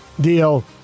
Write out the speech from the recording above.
deal